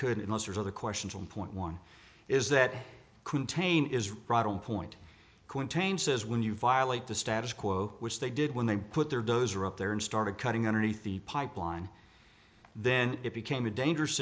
could in those are the questions on point one is that contain is right on point contained says when you violate the status quo which they did when they put their dozer up there and started cutting underneath the pipeline then it became a dangerous